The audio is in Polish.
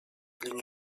linii